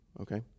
Okay